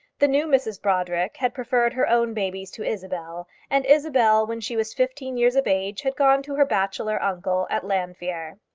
the new mrs brodrick had preferred her own babies to isabel, and isabel when she was fifteen years of age had gone to her bachelor uncle at llanfeare.